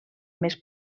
més